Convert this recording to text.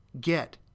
get